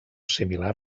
similar